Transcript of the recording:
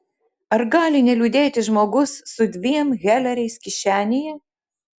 ar gali neliūdėti žmogus su dviem heleriais kišenėje